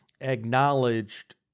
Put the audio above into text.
acknowledged